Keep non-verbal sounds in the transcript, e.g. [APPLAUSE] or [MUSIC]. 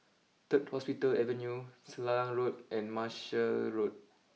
third Hospital Avenue Selarang Road and Marshall [UNINTELLIGIBLE]